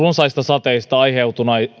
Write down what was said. runsaista sateista